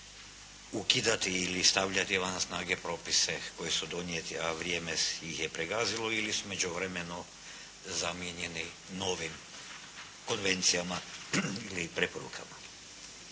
ukidati ili stavljati van snage propise koji su donijeti a vrijeme ih je pregazilo ili su u međuvremenu zamijenjeni novim konvencijama ili preporukama.